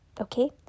okay